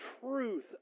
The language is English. truth